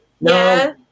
No